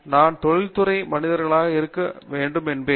நான் தொழில்முறை மனிதர்களாக இருக்க சொல்லுவேன்